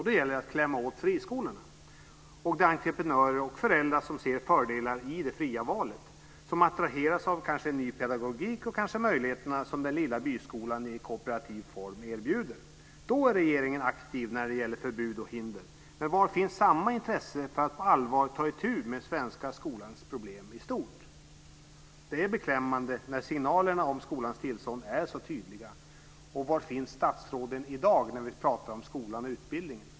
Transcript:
Det gäller att klämma åt friskolorna, entreprenörer och föräldrar som ser fördelar i det fria valet. De attraheras kanske av en ny pedagogik och möjligheterna som kanske den lilla byskolan i kooperativ form erbjuder. När det gäller förbud och hinder är regeringen aktiv. Men var finns samma intresse för att på allvar ta itu med den svenska skolans problem i stort? Det är beklämmande när signalerna om skolans tillstånd är så tydliga. Var finns statsråden i dag när vi talar om skolan och utbildningen?